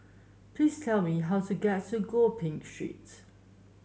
please tell me how to get to Gopeng Street